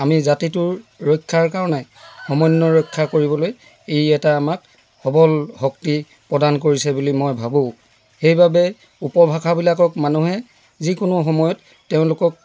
আমি জাতিটোৰ ৰক্ষাৰ কাৰণে সমন্বয় ৰক্ষা কৰিবলৈ ই এটা আমাক সবল শক্তি প্ৰদান কৰিছে বুলি মই ভাবোঁ সেইবাবে উপভাষাবিলাকক মানুহে যিকোনো সময়ত তেওঁলোকক